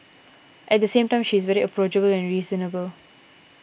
at the same time she is very approachable and reasonable